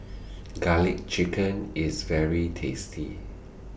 Garlic Chicken IS very tasty